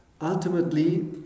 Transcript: ultimately